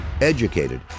educated